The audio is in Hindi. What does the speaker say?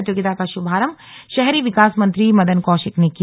प्रतियोगिता का शुभारंभ शहरी विकास मंत्री मदन कौशिक ने किया